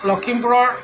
লখিমপুৰৰ